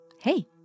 hey